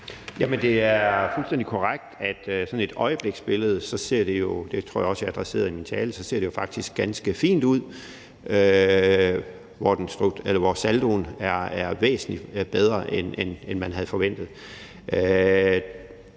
det er fuldstændig korrekt, at i sådan et øjebliksbillede – det tror jeg også jeg adresserede i min tale – ser det jo faktisk ganske fint ud; saldoen er væsentlig bedre, end man havde forventet.